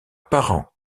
parent